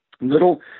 Little